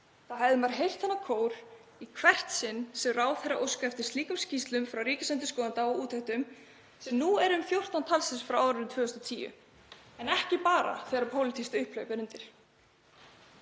hefði maður heyrt þennan kór í hvert sinn sem ráðherrar óska eftir slíkum skýrslum frá ríkisendurskoðanda og úttektum sem nú eru um 14 talsins frá árinu 2010, en ekki bara þegar pólitískt upphlaup er undir.